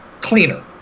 cleaner